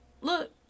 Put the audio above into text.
Look